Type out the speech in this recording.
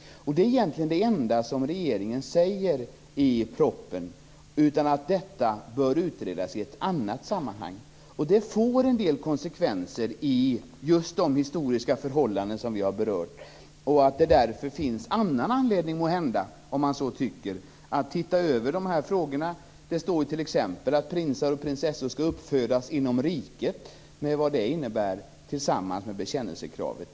Att detta i stället bör utredas i ett annat sammanhang är egentligen det enda som regeringen säger i propositionen. Detta får en del konsekvenser just för de historiska förhållanden som vi har berört. Det finns därför måhända annan anledning att titta över de här frågorna. Det föreskrivs t.ex. att prinsar och prinsessor skall uppfödas inom riket, med vad det innebär tillsammans med bekännelsekravet.